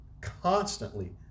constantly